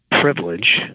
privilege